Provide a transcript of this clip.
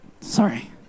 Sorry